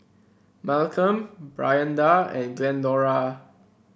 Malcolm Brianda and Glendora